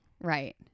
Right